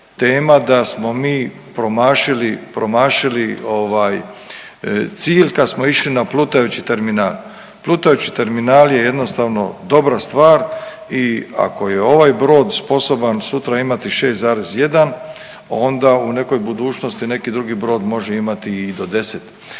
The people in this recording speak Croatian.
promašili, promašili ovaj cilj kad smo išli na plutajući terminal. Plutajući terminal je jednostavno dobra stvar i ako je ovaj brod sposoban sutra imati 6,1 onda u nekoj budućnosti neki drugi brod može imati i do 10.